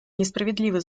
несправедливо